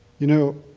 you know,